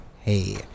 hey